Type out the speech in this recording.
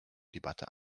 debatte